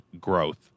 growth